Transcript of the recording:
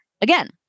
again